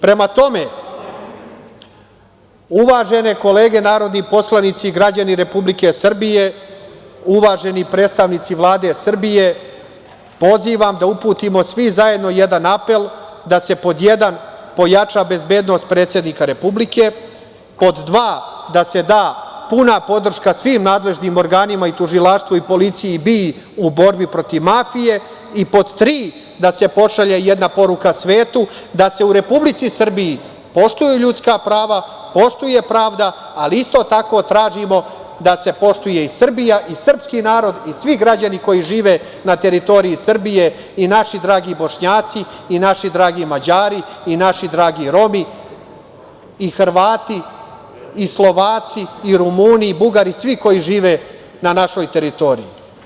Prema tome, uvažene kolege narodni poslanici i građani Republike Srbije, uvaženi predstavnici Vlade Srbije, pozivam da uputimo svi zajedno jedan apel da se, pod jedan, pojača bezbednost predsednika Republike, pod dva, da se da puna podrška svim nadležnim organima i tužilaštvu i policiji i BIA u borbi protiv mafije i, pod tri, da se pošalje jedna poruka svetu da se u Republici Srbiji poštuju ljudska prava, poštuje pravda, ali isto tako tražimo da se poštuje i Srbija i srpski narod i svi građani koji žive na teritoriji Srbije i naši dragi Bošnjaci i naši dragi Mađari i naši dragi Romi i Hrvati i Slovaci i Rumuni i Bugari i svi koji žive na našoj teritoriji.